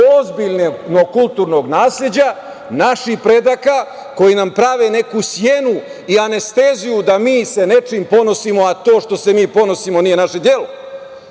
ozbiljnog kulturnog nasleđa naših predaka koji nam prave neku senu i anesteziju da se mi nečim ponosimo, a to što se mi ponosimo nije naše delo.